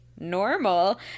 normal